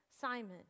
Simon